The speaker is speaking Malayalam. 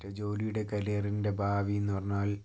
എൻ്റെ ജോലിയുടെ കരിയറിൻ്റെ ഭാവി എന്ന് പറഞ്ഞാൽ